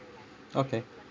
okay